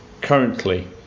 currently